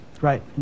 right